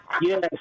Yes